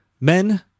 Men